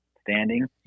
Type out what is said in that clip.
standing